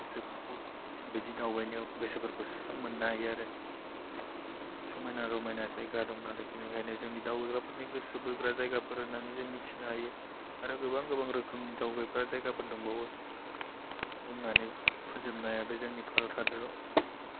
गोसोफोरखौ बिदि दावबायनायाव गोसोफोरखौ स्रां मोननो हायो आरो समायना रमायना जायगाफोर दं आरो जोंनि दावबायग्राफोरनि गोसो बोग्रा जायराफोर होननानै जों मिथिनो हायो आरो गोबां गोबां रोखोमनि दावबायग्रा जायगाफोर दंबावयो बुंनानै फोजोबनो हाया बे जोंनि भारत हादराव